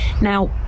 Now